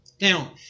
Now